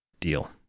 deal